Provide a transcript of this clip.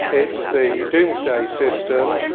it's the domesday system,